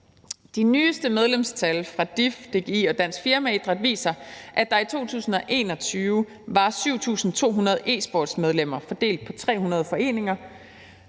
De nyeste medlemstal fra DIF, DGI og Dansk Firmaidræt viser, at der i 2021 var 7.200 e-sportsmedlemmer fordelt på 300 foreninger.